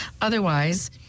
otherwise